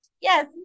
Yes